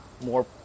more